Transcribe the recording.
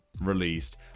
released